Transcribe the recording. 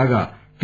కాగా టి